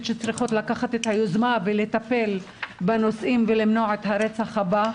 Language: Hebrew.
שצריכות לקחת את היוזמה ולטפל בנושאים ולמנוע את הרצח הבא.